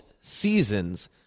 seasons